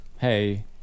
hey